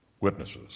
Witnesses